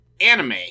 anime